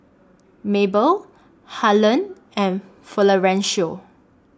Mabel Harland and Florencio